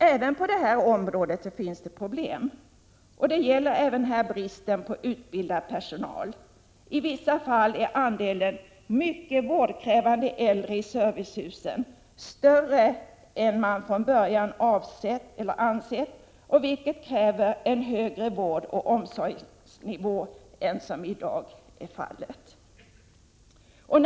Även på detta område finns dock problem. Det gäller även här bristen på utbildad personal. I vissa fall är andelen mycket vårdkrävande äldre i servicehusen större än man från början avsett, vilket kräver en högre vårdoch omsorgsnivå än som i dag är fallet.